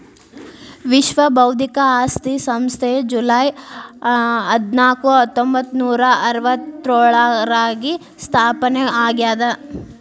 ವಿಶ್ವ ಬೌದ್ಧಿಕ ಆಸ್ತಿ ಸಂಸ್ಥೆ ಜೂಲೈ ಹದ್ನಾಕು ಹತ್ತೊಂಬತ್ತನೂರಾ ಅರವತ್ತ್ಯೋಳರಾಗ ಸ್ಥಾಪನೆ ಆಗ್ಯಾದ